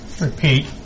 repeat